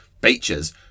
beaches